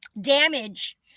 damage